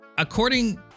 According